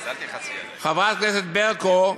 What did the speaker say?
חברת הכנסת ברקו,